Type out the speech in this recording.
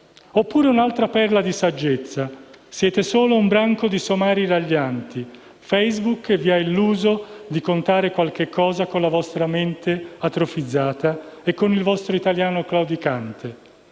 Cito un'altra perla di saggezza: «Siete solo un branco di somari raglianti. Facebook vi ha illuso di contare qualche cosa con la vostra mente atrofizzata e con il vostro italiano claudicante.